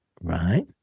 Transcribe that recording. right